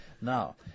Now